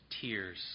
tears